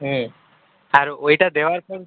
হুম আর ওইটা দেওয়ার পর